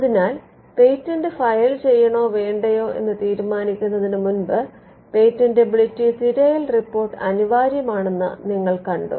അതിനാൽ patent file ചെയ്യണോ വേണ്ടയോ എന്ന് തീരുമാനിക്കുന്നതിന് മുൻപ് പേറ്റന്റബിലിറ്റി തിരച്ചിൽ റിപ്പോർട്ട് അനിവാര്യമാണെന്ന് നിങ്ങൾ കണ്ടു